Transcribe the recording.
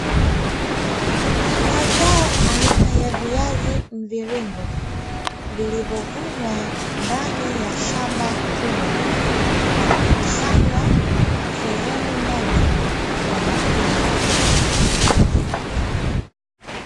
Mazao aina ya viazi mviringo vilivyovunwa ndani ya shamba kubwa na kukusanywa sehemu moja kwa mafungu.